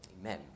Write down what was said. Amen